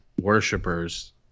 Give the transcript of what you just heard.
worshippers